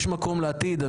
יש מקום לעתיד?